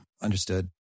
understood